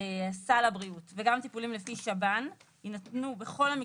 סל הבריאות וגם טיפולים לפי שב"ן יינתנו בכל המקצועות,